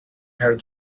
her